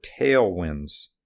Tailwinds